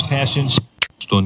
Passions